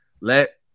Let